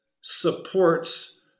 supports